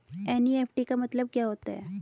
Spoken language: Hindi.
एन.ई.एफ.टी का मतलब क्या होता है?